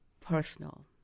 personal